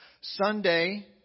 Sunday